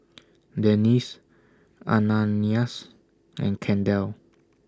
Dennis Ananias and Kendall